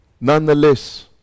nonetheless